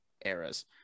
eras